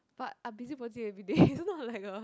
but I busybody everyday it's not like a